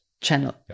channel